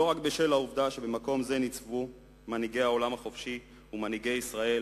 לא רק בשל העובדה שבמקום זה ניצבו מנהיגי העולם החופשי ומנהיגי ישראל,